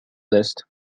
list